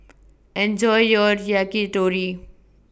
Enjoy your Yakitori